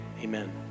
amen